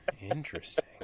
Interesting